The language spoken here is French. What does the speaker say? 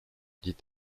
dit